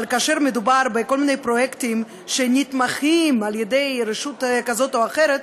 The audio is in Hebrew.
אבל כאשר מדובר בכל מיני פרויקטים שנתמכים על-ידי רשות כזאת או אחרת,